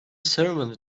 ceremony